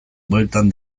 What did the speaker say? bueltan